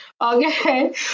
Okay